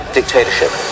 dictatorship